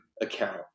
account